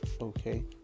okay